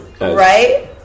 Right